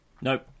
Nope